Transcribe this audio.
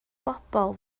bobl